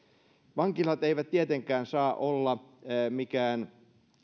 vankilat eivät tietenkään saa olla mikään